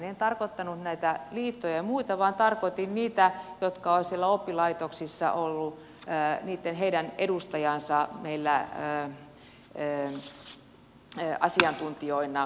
en tarkoittanut näitä liittoja ja muita vaan tarkoitin niitä jotka ovat siellä oppilaitoksissa olleet heidän edustajansa meillä asiantuntijoina